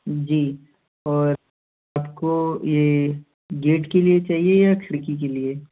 जी और आपको ये गेट के लिए चाहिए या खिड़की के लिए